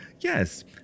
yes